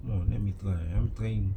ah let me try I'm trying